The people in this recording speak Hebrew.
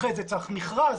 אחרי זה צריך מכרז,